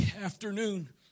afternoon